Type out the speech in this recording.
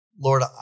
Lord